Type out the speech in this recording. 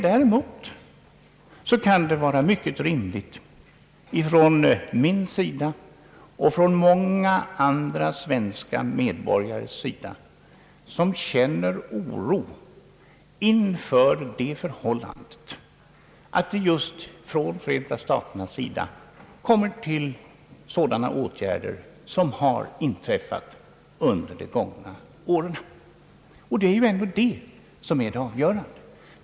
Däremot kan det vara mycket rimligt, om jag och många andra svenska medborgare känner oro att det från Förenta staternas sida kommit till sådana åtgärder som inträffat under de gångna åren. Det är detta som här är det avgörande.